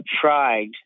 tried